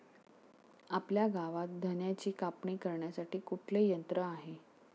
आपल्या गावात धन्याची कापणी करण्यासाठी कुठले यंत्र आहे?